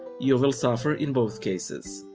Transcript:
you will suffer in both cases.